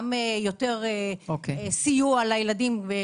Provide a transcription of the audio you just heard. גם סיוע לילדים.